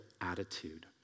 attitude